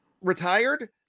retired